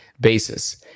basis